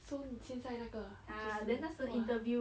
so 你现在那个啊就是 !wah!